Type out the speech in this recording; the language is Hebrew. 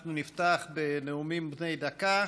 אנחנו נפתח בנאומים בני דקה.